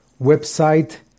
Website